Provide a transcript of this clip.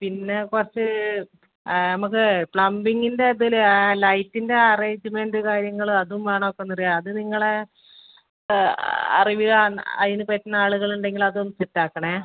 പിന്നെ കുറച്ച് നമുക്ക് പ്ലമ്പിങ്ങിൻറെ ഇതിൽ ആ ലൈറ്റിൻ്റെ അറേഞ്ച്മെൻറ് കാര്യങ്ങൾ അതും വേണം ഇപ്പം എന്നറിയാ അത് നിങ്ങളെ അറിവിൽ അതിന് പറ്റുന്ന ആളുകൾ ഉണ്ടെങ്കിൽ അതും സെറ്റ് ആക്കണേ